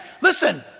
Listen